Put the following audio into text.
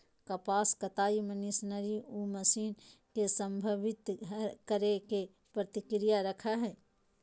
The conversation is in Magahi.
कपास कताई मशीनरी उ मशीन के संदर्भित करेय के प्रक्रिया रखैय हइ